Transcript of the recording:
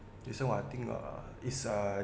recent what I think uh is uh